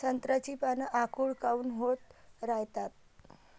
संत्र्याची पान आखूड काऊन होत रायतात?